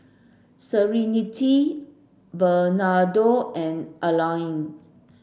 Serenity Bernardo and Allene